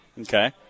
Okay